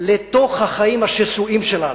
לתוך החיים השסועים שלנו.